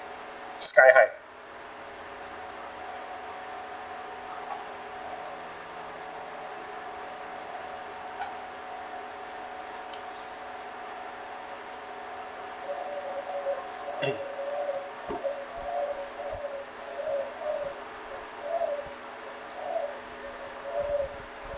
sky-high